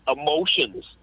emotions